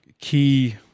key